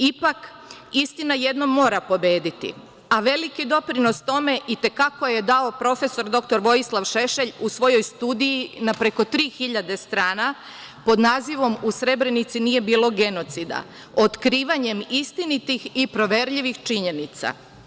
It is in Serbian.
Ipak, istina jednom mora pobediti, a veliki doprinos tome i te kako je dao prof. dr Vojislav Šešelj u svojoj studiji na preko 3.000 strana, pod nazivom "U Srebrenici nije bilo genocida", otkrivanjem istinitih i proverljivih činjenica.